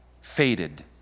faded